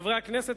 חברי הכנסת,